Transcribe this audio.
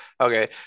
Okay